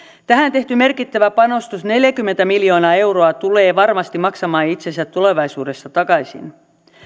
tähän tehty merkittävä panostus neljäkymmentä miljoonaa euroa tulee varmasti maksamaan itsensä tulevaisuudessa takaisin